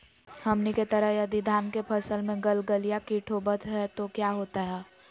हमनी के तरह यदि धान के फसल में गलगलिया किट होबत है तो क्या होता ह?